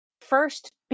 first